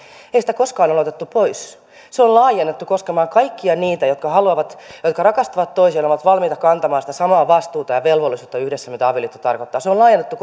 ei sitä koskaan ole otettu pois se on laajennettu koskemaan kaikkia niitä jotka rakastavat toisiaan ja ovat valmiita kantamaan sitä samaa vastuuta ja velvollisuutta yhdessä kuin mitä avioliitto tarkoittaa se on laajennettu